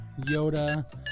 Yoda